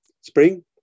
spring